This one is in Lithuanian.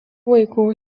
vaikų